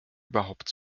überhaupt